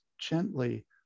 gently